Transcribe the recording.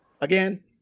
again